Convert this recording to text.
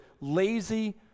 lazy